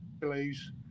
please